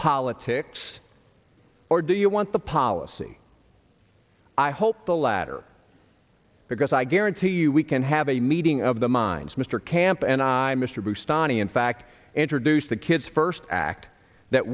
politics or do you want the policy i hope the latter because i guarantee you we can have a meeting of the minds mr camp and i mr bustani in fact introduced the kids first act that